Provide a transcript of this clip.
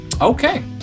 Okay